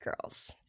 Girls